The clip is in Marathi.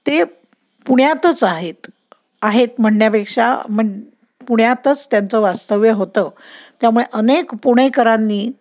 ते पुण्यातच आहेत आहेत म्हणण्यापेक्षा म्हणजे पुण्यातच त्यांचं वास्तव्य होतं त्यामुळे अनेक पुणेकरांनी